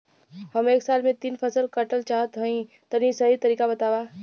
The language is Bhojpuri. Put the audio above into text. हम एक साल में तीन फसल काटल चाहत हइं तनि सही तरीका बतावा?